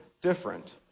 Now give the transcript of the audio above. different